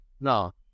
no